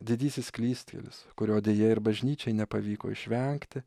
didysis klystkelis kurio deja ir bažnyčiai nepavyko išvengti